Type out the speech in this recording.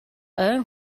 ойн